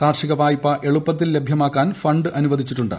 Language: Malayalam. കാർഷികവായ്പ എളുപ്പത്തിൽ ലഭ്യമാക്കാൻ ഫണ്ട് അനുവദിച്ചിട്ടുണ്ട്